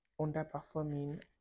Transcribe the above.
underperforming